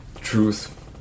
truth